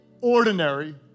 ordinary